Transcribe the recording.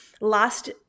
last